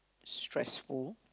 stressful